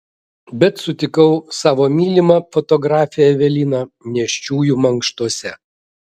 bet sutikau savo mylimą fotografę eveliną nėščiųjų mankštose